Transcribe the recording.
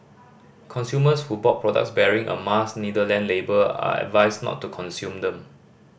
consumers who bought products bearing a Mars Netherlands label are advised not to consume them